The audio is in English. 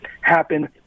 happen